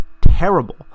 terrible